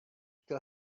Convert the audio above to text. chtěl